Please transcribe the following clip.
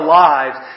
lives